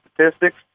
statistics